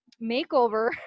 makeover